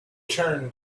turned